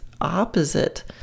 opposite